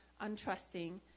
untrusting